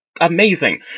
amazing